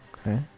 Okay